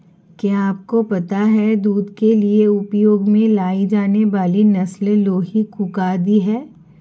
क्या आपको पता है दूध के लिए उपयोग में लाई जाने वाली नस्ल लोही, कूका आदि है?